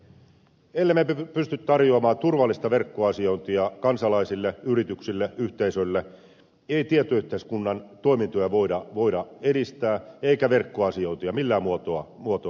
el lemme pysty tarjoamaan turvallista verkkoasiointia kansalaisille yrityksille yhteisöille ei tietoyhteiskunnan toimintoja voida edistää eikä verkkoasiointia millään muotoa lisätä